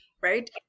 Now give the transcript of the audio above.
right